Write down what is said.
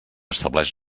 estableix